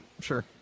sure